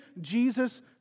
Jesus